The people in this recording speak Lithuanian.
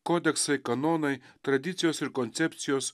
kodeksai kanonai tradicijos ir koncepcijos